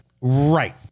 Right